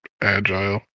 Agile